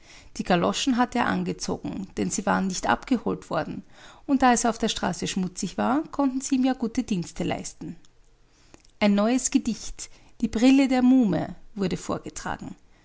die galoschen hatte er angezogen denn sie waren nicht abgeholt worden und da es auf der straße schmutzig war konnten sie ihm ja gute dienste leisten ein neues gedicht die brille der muhme wurde vorgetragen